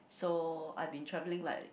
so I've been travelling like